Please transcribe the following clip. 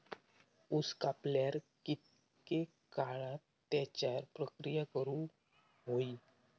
ऊस कापल्यार कितके काळात त्याच्यार प्रक्रिया करू होई?